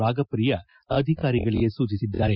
ರಾಗಪ್ರಿಯಾ ಅಧಿಕಾರಿಗಳಿಗೆ ಸೂಚಿಸಿದರು